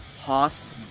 hoss